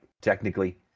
technically